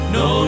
no